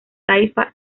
taifa